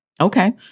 Okay